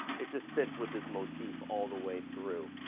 it just fits with this motif all the way through.